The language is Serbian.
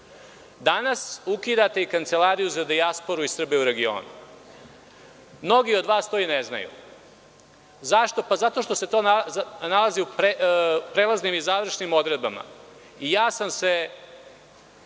Danas ukidate i Kancelariju za dijasporu i Srbe u regionu. Mnogi od vas to i ne znaju. Zašto? Zato što se to ne nalazi u prelaznim i završnim odredbama. Posebno sam se